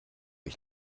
ich